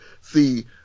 see